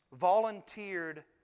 volunteered